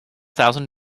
thousand